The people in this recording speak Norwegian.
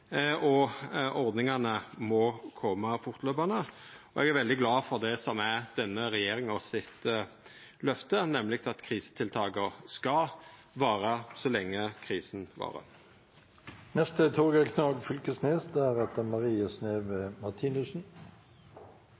og ordningane må koma fortløpande. Eg er veldig glad for det som er denne regjeringa sitt løfte, nemleg at krisetiltaka skal vara så lenge krisen